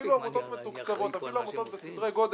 אפילו בעמותות מתוקצבות ואפילו בעמותות בסדרי גודל,